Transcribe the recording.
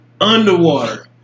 underwater